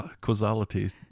causality